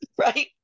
right